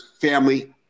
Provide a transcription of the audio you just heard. family